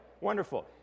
Wonderful